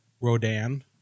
Rodan